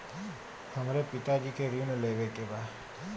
हमरे पिता जी के ऋण लेवे के बा?